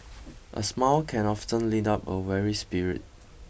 a smile can often lead up a weary spirit